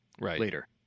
later